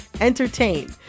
entertain